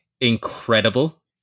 incredible